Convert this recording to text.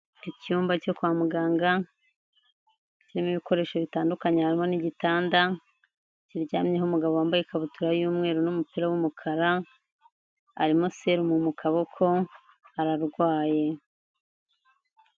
Icyumba cyo kwa muganga kirimo ibikoresho bitandukanye harimo n'igitanda kiryamyeho umugabo wambaye ikabutura y'umweru n'umupira w'umukara, arimo selumu mu kaboko ararwaye.